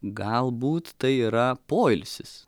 galbūt tai yra poilsis